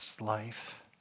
life